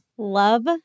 love